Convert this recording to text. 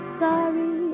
sorry